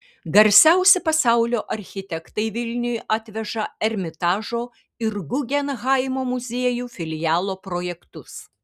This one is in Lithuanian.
garsiausi pasaulio architektai vilniui atveža ermitažo ir gugenhaimo muziejų filialo projektus